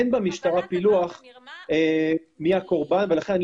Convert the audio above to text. אין במשטרה פילוח מי הקורבן ולכן אני